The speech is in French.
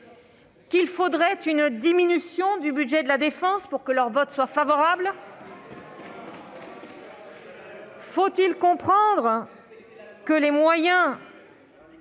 Qu'il faudrait une diminution du budget de la défense pour que leur vote soit favorable ? Que la hausse des moyens